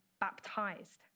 baptized